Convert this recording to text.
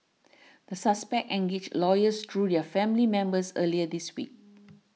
the suspects engaged lawyers through their family members earlier this week